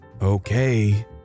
okay